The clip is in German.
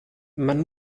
man